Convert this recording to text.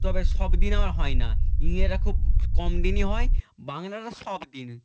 তবে সব দিন আবার হয় না ইংরেজিটা খুব কম দিনই হয় বাংলাটা সব দিন